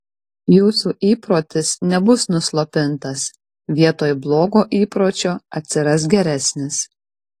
jūsų įprotis nebus nuslopintas vietoj blogo įpročio atsiras geresnis